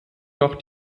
noch